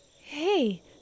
Hey